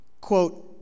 Quote